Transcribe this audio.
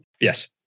Yes